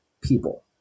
people